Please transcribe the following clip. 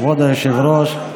כבוד היושב-ראש,